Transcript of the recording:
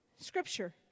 scripture